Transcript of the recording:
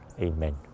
Amen